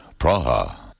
Praha